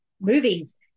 movies